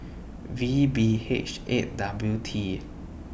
V B H eight W T